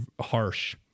harsh